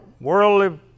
worldly